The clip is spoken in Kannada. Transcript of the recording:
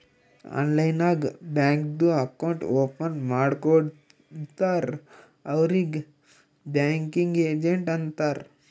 ಆನ್ಲೈನ್ ನಾಗ್ ಬ್ಯಾಂಕ್ದು ಅಕೌಂಟ್ ಓಪನ್ ಮಾಡ್ಕೊಡ್ತಾರ್ ಅವ್ರಿಗ್ ಬ್ಯಾಂಕಿಂಗ್ ಏಜೆಂಟ್ ಅಂತಾರ್